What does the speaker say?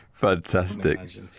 Fantastic